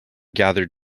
gathered